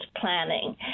planning